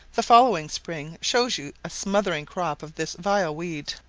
the following spring shows you a smothering crop of this vile weed.